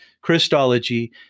Christology